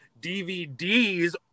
DVDs